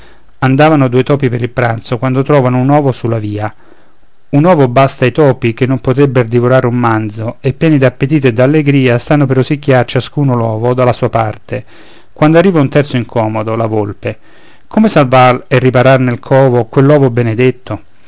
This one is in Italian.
andavano due topi per il pranzo quando trovano un ovo sulla via un ovo basta ai topi che non potrebber divorare un manzo e pieni d'appetito e d'allegria stanno per rosicchiar ciascuno l'ovo dalla sua parte quando arriva un terzo incomodo la volpe come salvar e riparar nel covo quell'ovo benedetto